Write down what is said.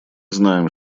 знаем